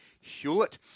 Hewlett